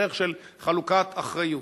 ערך של חלוקת אחריות.